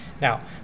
Now